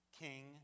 king